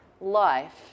life